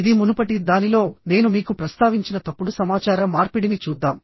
ఇది మునుపటి దానిలో నేను మీకు ప్రస్తావించిన తప్పుడు సమాచార మార్పిడిని చూద్దాం